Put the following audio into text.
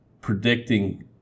predicting